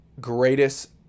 greatest